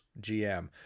GM